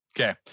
Okay